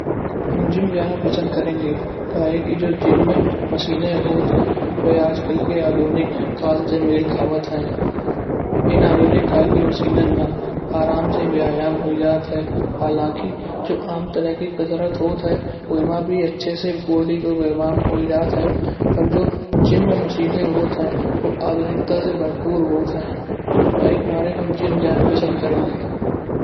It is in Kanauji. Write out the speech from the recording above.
हम जिम जानो पसंद करेंगे। का ही की जो जिम में मशीने होत हैं। वह आज कल के आधुनिक काल से मेल खावत हैं। इन आधुनिक काल की मशीनन मा आराम से व्यायाम हुई जात है। हालांकि जो आम तरह की कसरत होत है। वोई मा भी अच्छे से बॉडी को व्यायाम हो जात है। पर जो जिम में मशीने होत हैं। व आधुनिकता से भरपूर होत है। ययी के मारे हम जिम जान पसंद करेंगे।